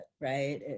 right